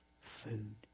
Food